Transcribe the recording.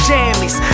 Jammies